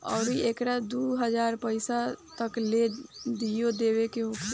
अउरु एकरा के दू हज़ार बाईस तक ले देइयो देवे के होखी